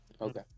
okay